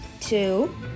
two